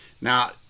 Now